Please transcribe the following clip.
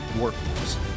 workforce